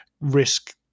risk